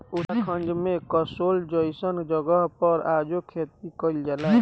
उत्तराखंड में कसोल जइसन जगह पर आजो खेती कइल जाला